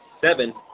seven